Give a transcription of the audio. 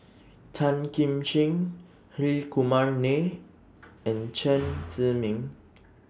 Tan Kim Ching Hri Kumar Nair and Chen Zhiming